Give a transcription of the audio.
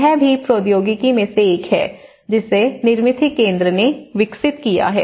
यह भी प्रौद्योगिकी में से एक है जिसे निर्मिती केंद्र ने विकसित किया है